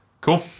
Cool